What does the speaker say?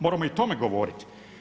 Moramo i o tome govoriti.